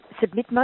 submit